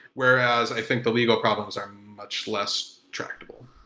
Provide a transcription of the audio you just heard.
whereas i think the legal problems are much less tractable.